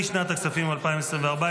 לשנת הכספים 2024,